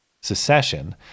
secession